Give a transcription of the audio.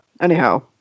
Anyhow